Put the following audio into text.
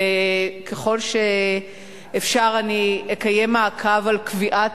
השר וחברי חברי הכנסת,